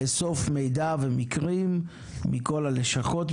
לאסוף מידע ומקרים מכל הלשכות,